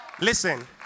Listen